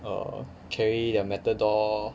err carry their matador